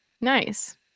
Nice